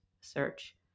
search